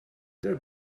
there